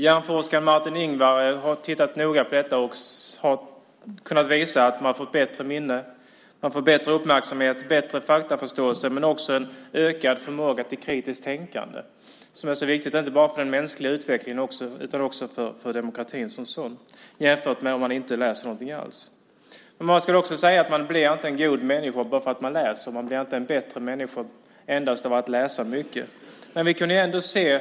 Hjärnforskaren Martin Ingvar har tittat noga på detta och har kunnat visa att läsning ger bättre minne, bättre uppmärksamhet, bättre faktaförståelse och ökad förmåga till kritiskt tänkande. Det är viktigt inte bara för den mänskliga utvecklingen utan också för demokratin som sådan. Det ska också sägas att man inte blir en god människa bara för att man läser. Man blir inte en bättre människa endast genom att läsa mycket. Men vi kan ändå se ett visst samband.